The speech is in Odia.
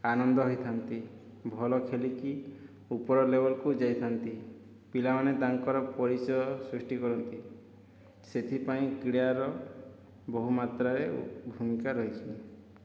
ଆନନ୍ଦ ହେଇଥାନ୍ତି ଭଲ ଖେଲିକି ଉପର ଲେବଲ୍କୁ ଯାଇଥାନ୍ତି ପିଲାମାନେ ତାଙ୍କର ପରିଚୟ ସୃଷ୍ଟି କରନ୍ତି ସେଥିପାଇଁ କ୍ରୀଡ଼ାର ବହୁମାତ୍ରାରେ ଭୂମିକା ରହିଚି